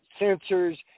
sensors